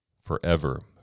forever